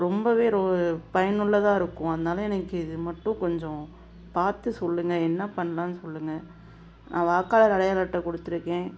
ரொம்பவே ரொ பயனுள்ளதாக இருக்கும் அதனால் எனக்கு இது மட்டும் கொஞ்சம் பார்த்து சொல்லுங்கள் என்ன பண்ணலான்னு சொல்லுங்க நான் வாக்காளர் அடையாள அட்டை கொடுத்துருக்கேன்